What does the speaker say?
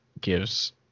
gives